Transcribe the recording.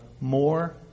more